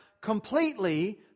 completely